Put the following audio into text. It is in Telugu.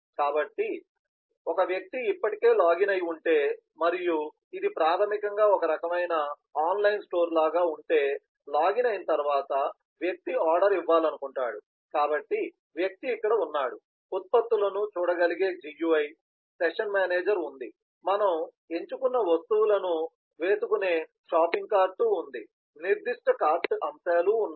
కాబట్టి వ్యక్తి ఇప్పటికే లాగిన్ అయి ఉంటే మరియు ఇది ప్రాథమికంగా ఒక రకమైన ఆన్లైన్ స్టోర్ లాగా ఉంటే లాగిన్ అయిన తర్వాత వ్యక్తి ఆర్డర్ ఇవ్వాలనుకుంటాడు కాబట్టి వ్యక్తి ఇక్కడ ఉన్నాడు ఉత్పత్తులను చూడగలిగే GUI సెషన్ మేనేజర్ ఉంది మనము ఎంచుకున్న వస్తువులను ఎన్నుకునే షాపింగ్ కార్ట్ ఉంది నిర్దిష్ట కార్ట్ అంశాలు ఉన్నాయి